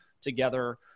together